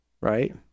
right